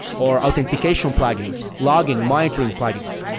or authentication plugins, logging, monitoring plugins.